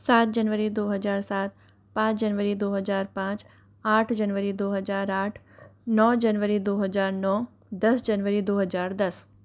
सात जनवरी दो हज़ार सात पाँच जनवरी दो हज़ार पाँच आठ जनवरी दो हज़ार आठ नौ जनवरी दो हज़ार नौ दस जनवरी दो हज़ार दस